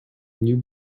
new